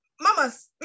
Mamas